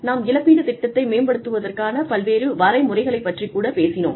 நாம் இழப்பீட்டுத் திட்டத்தை மேம்படுத்துவதற்கான பல்வேறு வரைமுறைகளை பற்றி கூட பேசினோம்